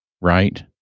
right